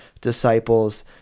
disciples